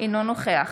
אינו נוכח